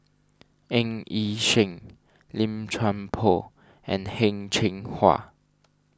Ng Yi Sheng Lim Chuan Poh and Heng Cheng Hwa